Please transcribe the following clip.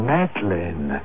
Madeline